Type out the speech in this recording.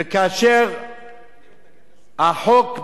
וכאשר החוק,